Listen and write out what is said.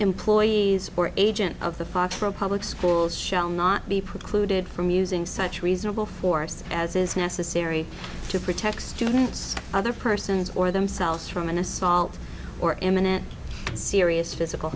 employees or agent of the fox public schools shall not be precluded from using such reasonable force as is necessary to protect students other persons or themselves from an assault or imminent serious physical